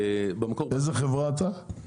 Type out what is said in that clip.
איזה חברה אתה?